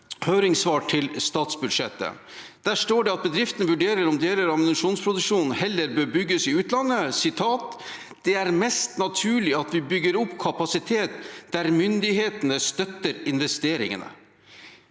høringssvar til statsbudsjettet, der det står at bedriftene vurderer om deler av ammunisjonsproduksjonen heller bør bygges i utlandet: «Det er mest naturlig at vi bygger kapasitet der myndighetene støtter investeringer.»